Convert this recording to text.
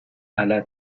alla